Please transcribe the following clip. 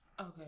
Okay